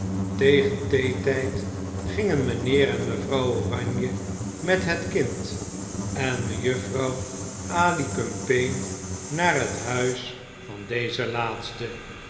tegen theetijd gingen mijnheer en mevrouw oranje met het kind en mejuffrouw alicumpaine naar het huis van deze laatste